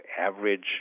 average